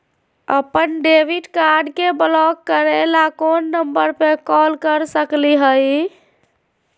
अपन debit card के block करे ला कौन नंबर पे कॉल कर सकली हई?